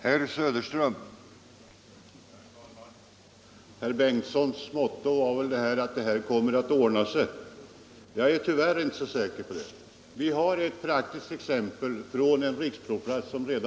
Herr talman! Herr Bengtsson i Landskrona motto var väl att det här kommer att ordna sig. Jag är tyvärr inte så säker på det. Vi har ett exempel från en riksprovplats för grävmaskiner